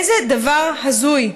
איזה דבר הזוי.